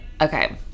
Okay